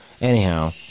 Anyhow